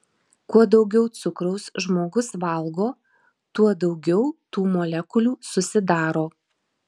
kuo daugiau cukraus žmogus valgo tuo daugiau tų molekulių susidaro